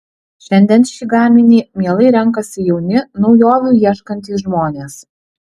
šiandien šį gaminį mielai renkasi jauni naujovių ieškantys žmonės